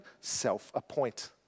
self-appoint